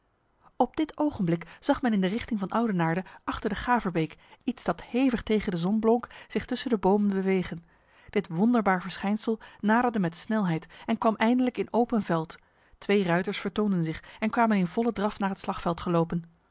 op dit ogenblik zag men in de richting van oudenaarde achter de gaverbeek iets dat hevig tegen de zon blonk zich tussen de bomen bewegen dit wonderbaar verschijnsel naderde met snelheid en kwam eindelijk in open veld twee ruiters vertoonden zich en kwamen in volle draf naar het slagveld gelopen